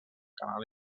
canal